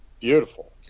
Beautiful